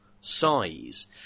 size